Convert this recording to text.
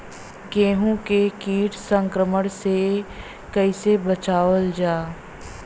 गेहूँ के कीट संक्रमण से कइसे बचावल जा?